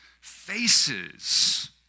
faces